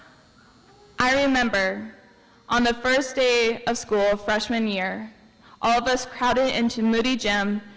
i remember on the first day of school, freshman year, all of us crowded into moody gym,